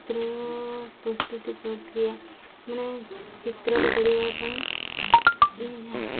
ଚିତ୍ର ପ୍ରସ୍ତୁତି ପ୍ରକ୍ରିୟା ମାନେ ଚିତ୍ରଟି କରିବା ପାଇଁ